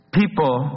people